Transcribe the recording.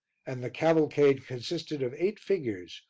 and the cavalcade consisted of eight figures,